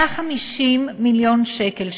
150 מיליון שקל,